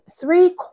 three